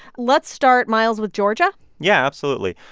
let's start, miles, with georgia yeah, absolutely.